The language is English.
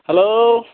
hello